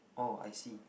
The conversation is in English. oh I see